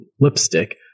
lipstick